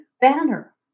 Banner